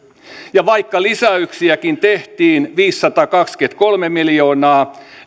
ja vaikka lisäyksiäkin tehtiin viisisataakaksikymmentäkolme miljoonaa